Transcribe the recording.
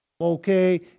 Okay